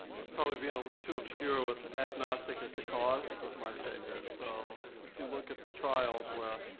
i was probably being a little too obscure with agnostic as to cause with my statement. so if if you look at the trials where.